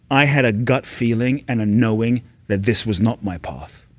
i had a gut feeling and a knowing that this was not my path.